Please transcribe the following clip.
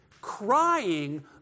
crying